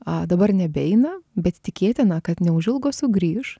a dabar nebeina bet tikėtina kad neužilgo sugrįš